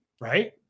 right